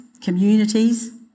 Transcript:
communities